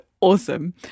awesome